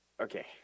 okay